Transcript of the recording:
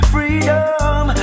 Freedom